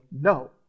no